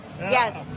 yes